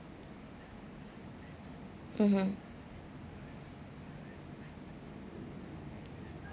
mmhmm